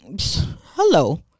hello